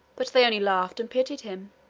but they only laughed and pitied him.